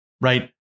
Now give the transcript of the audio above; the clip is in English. right